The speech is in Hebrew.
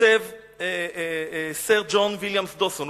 כותב סר ג'ון ויליאמס דוסון.